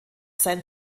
sein